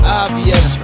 obvious